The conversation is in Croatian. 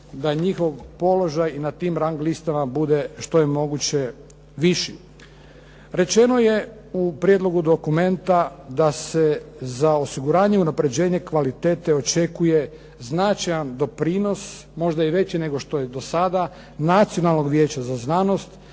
da njihov položaj i na tim rang listama bude što je moguće viši. Rečeno je u prijedlogu dokumenta da se za osiguranje i unapređenje kvalitete očekuje značajan doprinos možda i veći nego što je do sada Nacionalnog vijeća za znanost,